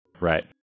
Right